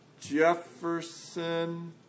Jefferson